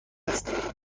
است